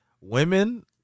Women